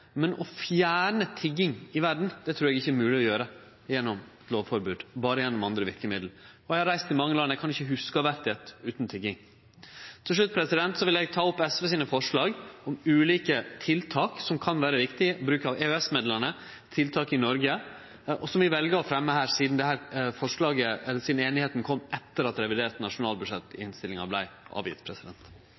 men å fjerne tigging i verda trur eg ikkje er mogleg å gjere gjennom lovforbod – berre gjennom andre verkemiddel. Eg har reist i mange land, men eg kan ikkje hugse å ha vore i eit utan tigging. Til slutt vil eg ta opp SVs forslag om ulike tiltak som kan vere riktig bruk av EØS-midlane ved tiltak i Noreg, som vi vel å fremje her sidan denne einigheita kom etter at innstillinga til revidert nasjonalbudsjett